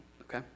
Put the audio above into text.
okay